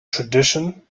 tradition